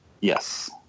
Yes